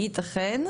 יתכן.